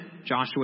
Joshua